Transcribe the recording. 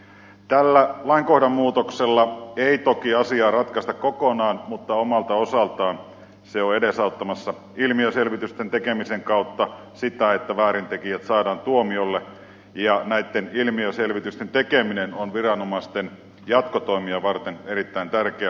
tällä lainkohdan muutoksella ei toki asiaa ratkaista kokonaan mutta omalta osaltaan se on edesauttamassa ilmiöselvitysten tekemisen kautta sitä että väärintekijät saadaan tuomiolle ja näitten ilmiöselvitysten tekeminen on viranomaisten jatkotoimia varten erittäin tärkeä